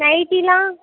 நைட்டியெலாம்